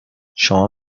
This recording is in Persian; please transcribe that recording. شما